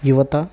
యువత